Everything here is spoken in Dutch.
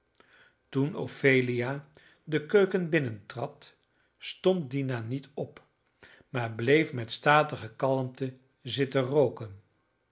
toen ophelia de keuken binnentrad stond dina niet op maar bleef met statige kalmte zitten rooken